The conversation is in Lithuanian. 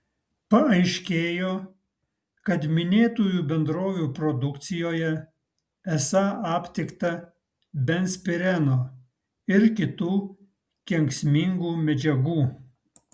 paaiškėjo kad minėtųjų bendrovių produkcijoje esą aptikta benzpireno ir kitų kenksmingų medžiagų